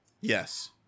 Yes